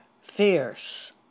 fierce